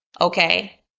okay